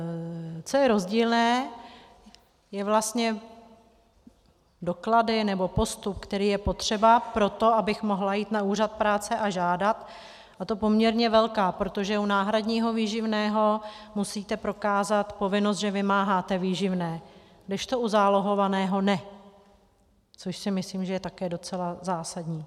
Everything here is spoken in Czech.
Co je rozdílné, je vlastně... doklady, nebo postup, který je potřeba pro to, abych mohla jít na úřad práce a žádat, a to poměrně velká, protože u náhradního výživného musíte prokázat povinnost, že vymáháte výživné, kdežto u zálohovaného ne, což si myslím, že je také docela zásadní.